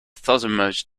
southernmost